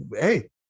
Hey